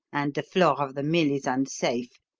and the floor of the mill is unsafe.